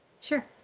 Sure